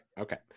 okay